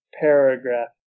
paragraph